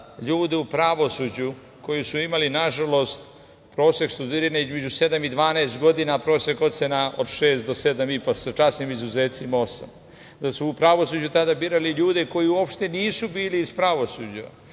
ljude u pravosuđu, koji su imali nažalost, prosek studiranja između sedam i 12 godina, prosek ocena od šest do sedam i po, sa časnim izuzecima osam. Da su u pravosuđu tada birali ljude koji uopšte nisu bili iz pravosuđa,